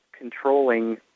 controlling